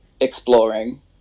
exploring